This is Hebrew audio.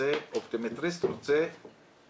רוצה טופס